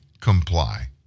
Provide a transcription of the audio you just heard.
comply